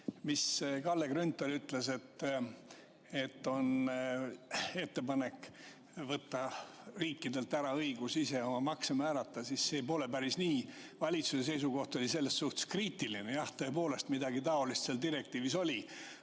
mis Kalle Grünthal ütles, et on ettepanek võtta riikidelt ära õigus ise oma makse määrata – see pole päris nii. Valitsuse seisukoht oli selles suhtes kriitiline. Jah, tõepoolest, midagi taolist seal direktiivis oli.